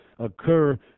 occur